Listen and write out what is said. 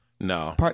No